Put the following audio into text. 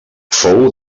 fou